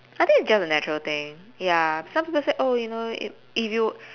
I think it's just a natural thing ya some people said oh you know if if you